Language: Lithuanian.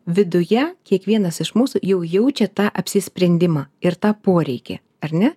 viduje kiekvienas iš mūsų jau jaučia tą apsisprendimą ir tą poreikį ar ne